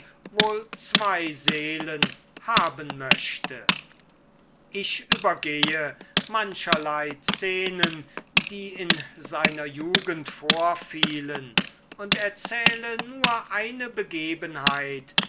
wohl zwei seelen haben möchte ich übergehe mancherlei szenen die in seiner jugend vorfielen und erzähle nur eine begebenheit